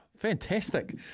Fantastic